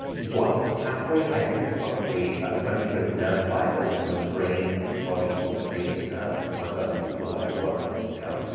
what's the pathway? i think it's probably a bunch of nerve fibers from the brain into the body called the vagus nerve. and we're starting to do a lot of work on this now.